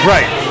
Right